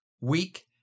weak